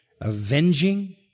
avenging